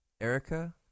Erica